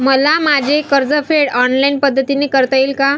मला माझे कर्जफेड ऑनलाइन पद्धतीने करता येईल का?